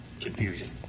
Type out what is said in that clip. confusion